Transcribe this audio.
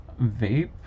vape